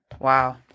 Wow